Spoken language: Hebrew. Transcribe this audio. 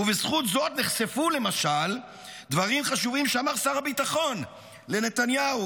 ובזכות זאת נחשפו למשל דברים חשובים שאמר שר הביטחון לנתניהו,